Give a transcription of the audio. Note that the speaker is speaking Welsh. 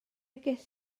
ges